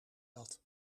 dat